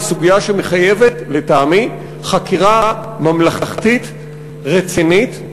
היא סוגיה שמחייבת לטעמי חקירה ממלכתית רצינית.